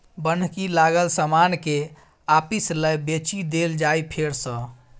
बन्हकी लागल समान केँ आपिस लए बेचि देल जाइ फेर सँ